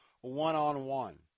one-on-one